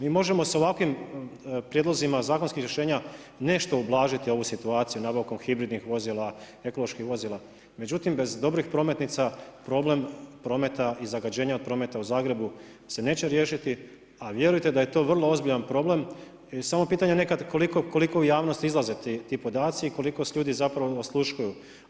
Mi možemo s ovakvim prijedlozima zakonskih rješenja nešto ublažiti ovu situaciju nabavkom hibridnih vozila, ekoloških vozila, međutim bez dobrih prometnica, problem prometa i zagađenja prometa u Zagrebu se ne će riješiti a vjerujte da je to vrlo ozbiljan problem samo je pitanje nekad koliko u javnosti izlaze ti podaci i koliko ljudi zapravo osluškuju.